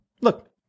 look